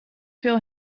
veel